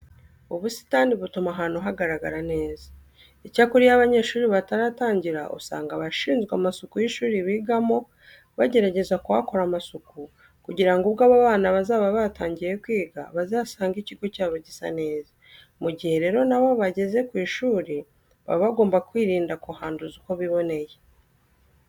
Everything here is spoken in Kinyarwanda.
Ubusitani butuma ahantu hagaragara neza. Icyakora iyo abanyeshuri bataratangira usanga abashinzwe amasuku y'ishuri bigamo bagerageza kuhakora amasuku kugira ngo ubwo abo bana bazaba batangiye kwiga, bazasange ikigo cyabo gisa neza. Mu gihe rero na bo bageze ku ishuri baba bagomba kwirinda kuhanduza uko biboneye.